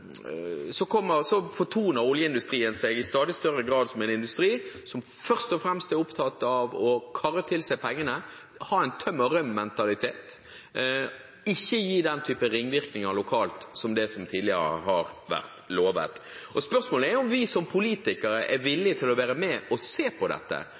fremst er opptatt av å kare til seg pengene og ha en tøm-og-røm-mentalitet, og som ikke gir den typen ringvirkninger lokalt som tidligere har vært lovet. Spørsmålet er om vi som politikere er villige til å være med og se på dette